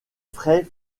frais